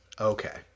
Okay